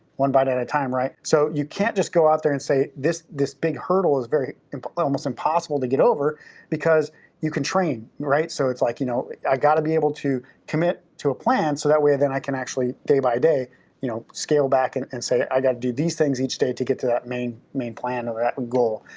one bite at a time, right? so you can't just go out there and say this this big hurdle is almost impossible to get over because you can train, right? so it's like you know i gotta be able to commit to a plan so that way, then, i can actually day by day you know scale back and and say i gotta do these things each day to get to that main main plan or that goal.